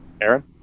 Aaron